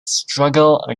struggle